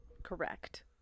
Correct